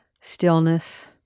Stillness